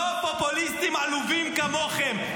לא פופוליסטים עלובים כמוכם.